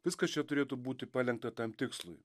viskas čia turėtų būti palenkta tam tikslui